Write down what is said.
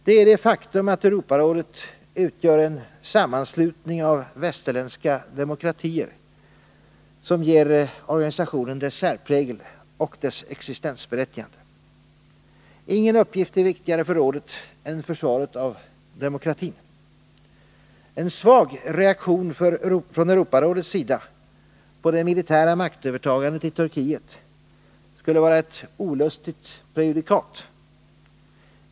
Det är det faktum att Europarådet utgör en sammanslutning av västerländska demokratier som ger organisationen dess särprägel och dess existensberättigande. Ingen uppgift är viktigare för rådet än försvaret av demokratin. En svag reaktion från Europarådets sida på det militära maktövertagandet i Turkiet skulle vara ett olustigt prejudikat.